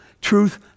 Truth